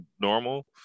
normal